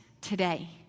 today